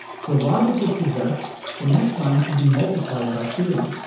so logic would suggest the next line should be multiplied by three.